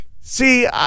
See